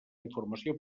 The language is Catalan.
informació